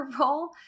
role